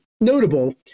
notable